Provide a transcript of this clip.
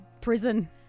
prison